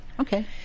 Okay